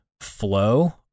flow